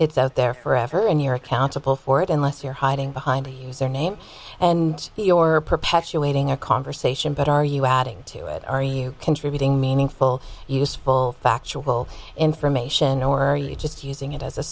it's out there forever and you're accountable for it unless you're hiding behind he's their name and your perpetuating a conversation but are you adding to it are you contributing meaningful useful factual information or are you just using it as a